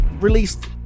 released